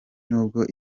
nubwo